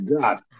god